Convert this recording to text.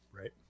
Right